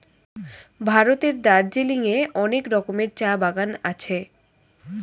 ভারতের দার্জিলিং এ অনেক রকমের চা বাগান আছে